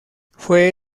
fue